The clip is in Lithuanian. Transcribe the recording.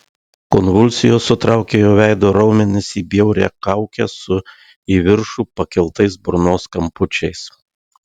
konvulsijos sutraukė jo veido raumenis į bjaurią kaukę su į viršų pakeltais burnos kampučiais